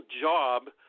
job